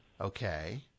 okay